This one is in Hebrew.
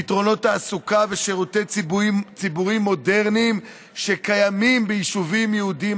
לפתרונות תעסוקה ושירותי ציבור מודרניים שקיימים ביישובים יהודיים,